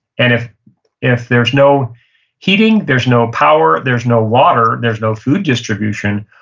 and if if there's no heating, there's no power, there's no water, there's no food distribution,